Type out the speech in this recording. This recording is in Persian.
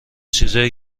چیزایی